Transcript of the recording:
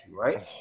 right